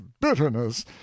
bitterness